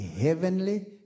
heavenly